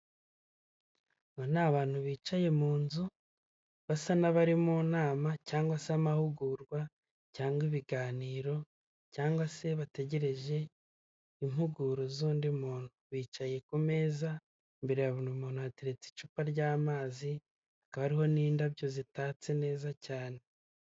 Aba ni abantu bicaye mu nzu basa n'abari mu nama cyangwa se amahugurwa cyangwa ibiganiro cyangwa se bategereje impuguro z'undi muntu bicaye ku meza imbere ya buri muntu hateretse icupa ry'amazi hakaba hariho n'indabyo zitatse neza cyane.